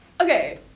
Okay